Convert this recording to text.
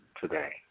today